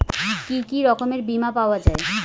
কি কি রকমের বিমা পাওয়া য়ায়?